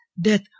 death